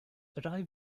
are